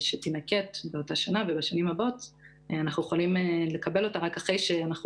שתינקט בעתיד הקרוב אנחנו יכולים לקבל אותה רק אחרי שאנחנו